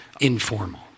informal